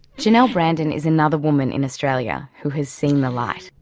janel brandon is another woman in australia who has seen the light.